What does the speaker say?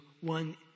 one